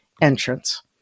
entrance